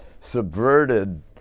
subverted